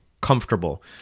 comfortable